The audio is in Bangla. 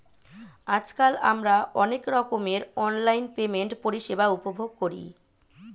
আজকাল আমরা অনেক রকমের অনলাইন পেমেন্ট পরিষেবা উপভোগ করি